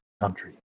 country